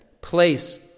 place